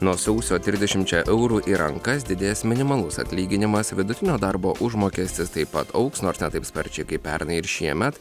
nuo sausio trisdešimčia eurų į rankas didės minimalus atlyginimas vidutinio darbo užmokestis taip pat augs nors ne taip sparčiai kaip pernai ir šiemet